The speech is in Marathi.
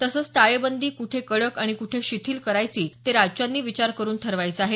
तसंच टाळेबंदी कुठे कडक आणि कुठे शिथिल करायचे ते राज्यांनी विचार करून ठरवायचं आहे